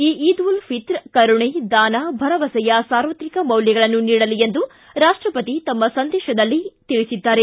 ಈ ಈದ್ ಉಲ್ ಫಿತ್ರ್ ಕರುಣೆ ದಾನ ಭರವಸೆಯ ಸಾರ್ವತ್ರಿಕ ಮೌಲ್ಯಗಳನ್ನು ನೀಡಲಿ ರಾಷ್ಷಪತಿ ತಮ್ಮ ಸಂದೇಶದಲ್ಲಿ ಆಶಿಸಿದ್ದಾರೆ